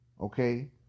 Okay